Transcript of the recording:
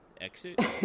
exit